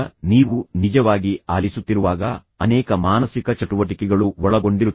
ಈಗ ನೀವು ನಿಜವಾಗಿ ಆಲಿಸುತ್ತಿರುವಾಗ ಅನೇಕ ಮಾನಸಿಕ ಚಟುವಟಿಕೆಗಳು ಒಳಗೊಂಡಿರುತ್ತವೆ